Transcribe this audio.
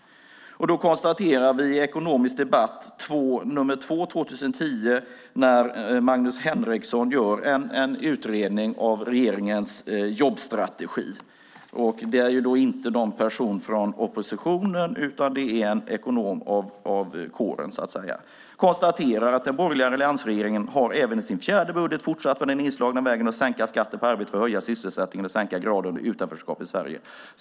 I nr 2 av Ekonomisk Debatt från 2010 gör Magnus Henrekson en utredning av regeringens jobbstrategi. Det är då inte en person från oppositionen utan en ekonom av kåren, så att säga. Han konstaterar att "den borgerliga alliansregeringen har även i sin fjärde budget fortsatt på den inslagna vägen att sänka skatten på arbete för att höja sysselsättningen och sänka graden av utanförskap i Sverige.